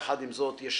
יחד עם זאת, יש